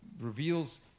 reveals